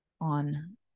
on